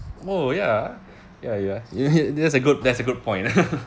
oh ya ah ya ya that's a good that's a good point